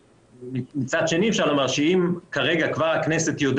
אבל הרעיון צריך להיות שאין פוגעים כאשר אין שוני רלוונטי,